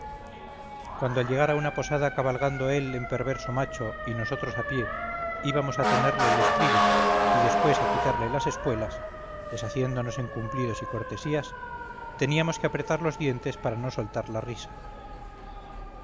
cuando al llegar a una posada cabalgando él en perverso macho y nosotros a pie íbamos a tenerle el estribo y después a quitarle las espuelas deshaciéndonos en cumplidos y cortesías teníamos que apretar los dientes para no soltar la risa